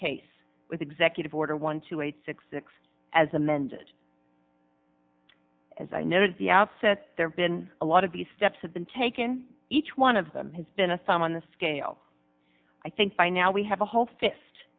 case with executive order one two eight six six as amended as i noted the outset there have been a lot of the steps have been taken each one of them has been a thumb on the scale i think by now we have a whole fist